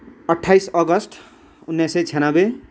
अट्ठाइस अगस्ट उन्नाइस सय छयान्नब्बे